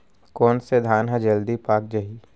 कोन से धान ह जलदी पाक जाही?